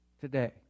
Today